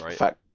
right